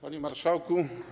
Panie Marszałku!